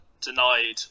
denied